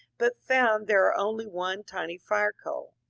but found there only one tiny fire coal.